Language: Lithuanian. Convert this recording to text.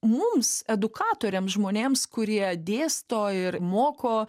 mums edukatoriams žmonėms kurie dėsto ir moko